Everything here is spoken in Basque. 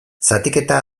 zatiketa